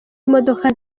imodoka